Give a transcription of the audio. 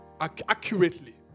accurately